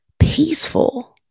peaceful